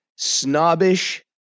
snobbish